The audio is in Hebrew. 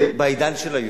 בעידן של היום,